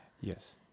Yes